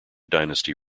dynasty